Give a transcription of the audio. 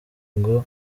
ngo